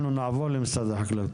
אנחנו נעבור למשרד החקלאות,